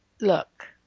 Look